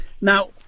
now